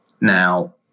now